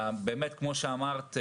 כפי שאמרת,